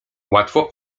łatwo